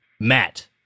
Matt